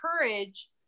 courage